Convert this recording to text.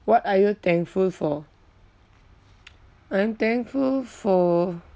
what are you thankful for I'm thankful for